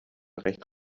recht